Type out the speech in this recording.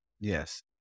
Yes